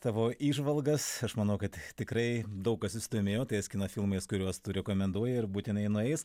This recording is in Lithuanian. tavo įžvalgas aš manau kad tikrai daug kas susidomėjo tais kino filmais kuriuos tu rekomenduoji ir būtinai nueis